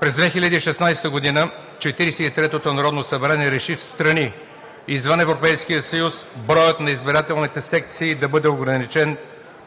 През 2016 г. Четиридесет и третото народно събрание реши: в страни, извън Европейския съюз, броят на избирателните секции да бъде ограничен